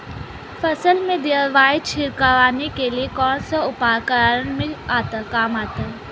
फसल में दवाई छिड़काव के लिए कौनसा उपकरण काम में आता है?